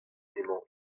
emañ